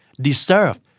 Deserve